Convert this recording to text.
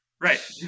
right